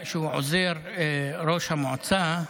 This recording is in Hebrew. שהוא עוזר ראש המועצה,